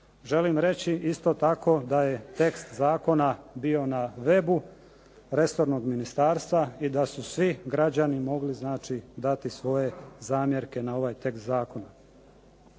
Želim reći isto tako da je tekst zakona bio na webu resornog ministarstva i da su svi građani mogli, znači dati svoje zamjerke na ovaj tekst zakona.